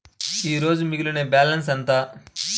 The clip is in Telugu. ఈరోజు మిగిలిన బ్యాలెన్స్ ఎంత?